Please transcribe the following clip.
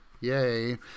Yay